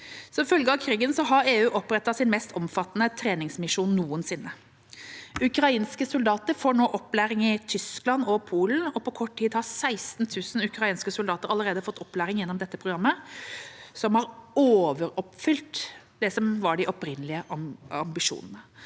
Som følge av krigen har EU opprettet sin mest omfattende treningsmisjon noensinne. Ukrainske soldater får nå opplæring i Tyskland og Polen. På kort tid har 16 000 ukrainske soldater allerede fått opplæring gjennom dette programmet, som har overoppfylt det som var de opprinnelige ambisjonene.